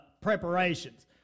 preparations